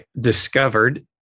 discovered